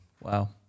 Wow